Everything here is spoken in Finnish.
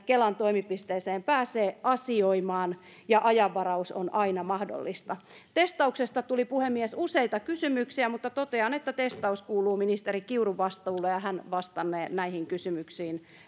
kelan toimipisteeseen pääsee asioimaan ja ajanvaraus on aina mahdollista testauksesta tuli puhemies useita kysymyksiä mutta totean että testaus kuuluu ministeri kiurun vastuulle ja hän vastannee näihin kysymyksiin